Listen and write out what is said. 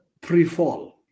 pre-fall